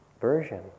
version